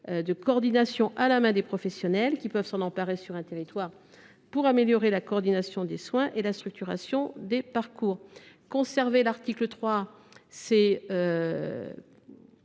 de coordination à la main des professionnels, qui peuvent s’en emparer sur un territoire pour améliorer la coordination des soins et la structuration des parcours. Conserver l’article 3